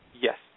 Yes